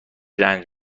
رنج